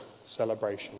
Celebration